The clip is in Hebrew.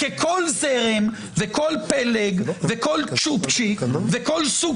כי כל זרם וכל פלג וכל צ'ופצ'יק וכל סוג